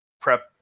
prep